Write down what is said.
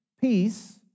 peace